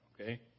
Okay